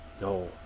no